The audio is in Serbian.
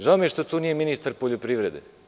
Žao mi je što tu nije ministar poljoprivrede.